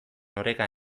oreka